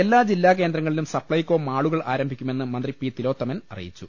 എല്ലാ ജില്ലാകേന്ദ്രങ്ങളിലും സപ്ലൈകോ മാളുകൾ ആരംഭിക്കുമെന്ന് മന്ത്രി പി തിലോത്തമൻ അറിയിച്ചു